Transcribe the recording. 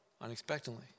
unexpectedly